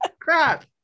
crap